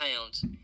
pounds